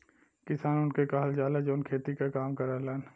किसान उनके कहल जाला, जौन खेती क काम करलन